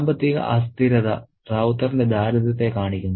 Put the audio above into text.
സാമ്പത്തിക അസ്ഥിരത റൌത്തറിന്റെ ദാരിദ്ര്യത്തെ കാണിക്കുന്നു